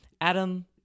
Adam